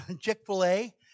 Chick-fil-A